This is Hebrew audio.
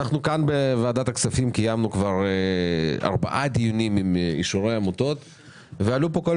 בוועדת הכספים הזאת קיימנו כבר ארבעה דיונים על אישורי עמותות ועלו כאן